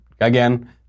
Again